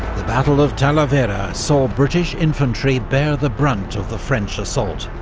the battle of talavera saw british infantry bear the brunt of the french assault